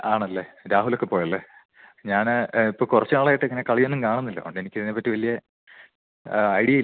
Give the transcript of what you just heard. ആണല്ലേ രാഹുലൊക്കെ പോയല്ലേ ഞാൻ ഇപ്പം കുറച്ചുനാളായിട്ടിങ്ങനെ കളിയൊന്നും കാണുന്നില്ല അതുകൊണ്ടെനിക്ക് ഇതിനെപ്പറ്റി വലിയ ഐഡ്യ ഇല്ല